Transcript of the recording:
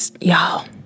Y'all